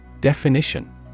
Definition